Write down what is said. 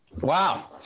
Wow